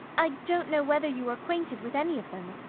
i don't know whether you are acquainted with any of them.